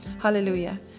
hallelujah